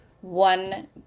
one